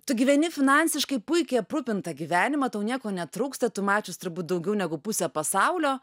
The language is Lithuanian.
tu gyveni finansiškai puikiai aprūpintą gyvenimą tau nieko netrūksta tu mačius turbūt daugiau negu pusę pasaulio